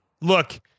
Look